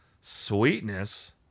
Sweetness